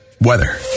Weather